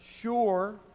sure